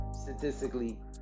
statistically